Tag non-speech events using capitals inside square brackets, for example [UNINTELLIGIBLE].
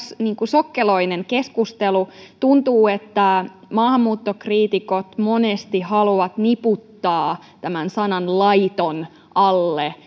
sokkeloinen keskustelu tuntuu että maahanmuuttokriitikot monesti haluavat niputtaa tämän sanan laiton alle [UNINTELLIGIBLE]